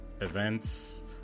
events